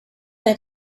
that